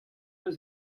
eus